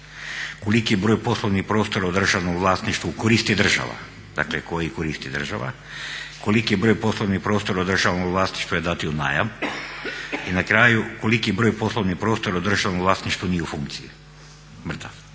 Koliki broj poslovnih prostora u državnom vlasništvu koristi država? Dakle koji koristi država. Koliki broj poslovnih prostora u državnom vlasništvu je dan u najam? I na kraju koliki broj poslovnih prostora u državnom vlasništvu nije u funkciji, mrtav?